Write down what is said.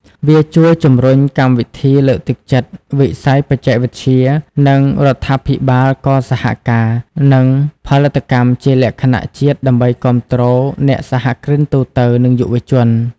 វាជួយជំរុញកម្មវិធីលើកទឹកចិត្តវិស័យបច្ចេកវិទ្យា និង រដ្ឋាភិបាលក៏សហការ និងផលិតកម្មជាលក្ខណៈជាតិដើម្បីគាំទ្រអ្នកសហគ្រិនទូទៅ និងយុវជន។